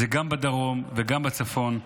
זה גם בדרום וגם בצפון.